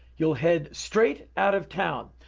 you'll head straight out of town.